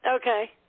Okay